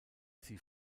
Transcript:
sie